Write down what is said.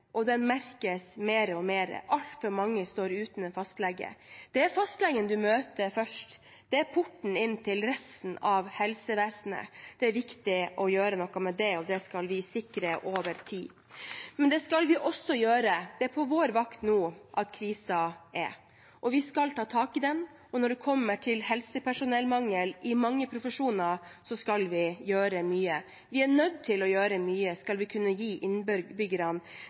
fastlegen du møter først; det er porten inn til resten av helsevesenet. Det er viktig å gjøre noe med det, og det skal vi sikre over tid. Men det er på vår vakt at krisen er, og vi skal også ta tak i den. Når det gjelder helsepersonellmangel i mange profesjoner, skal vi gjøre mye. Vi er nødt til å gjøre mye skal vi kunne gi